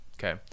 Okay